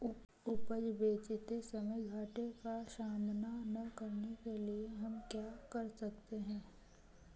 उपज बेचते समय घाटे का सामना न करने के लिए हम क्या कर सकते हैं?